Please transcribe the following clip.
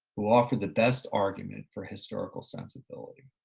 who offered the best argument for historical sensibility